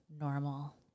normal